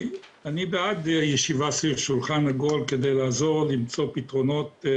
אני בעד ישיבה סביב שולחן עגול כדי לעזור למצוא פתרונות.